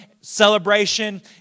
Celebration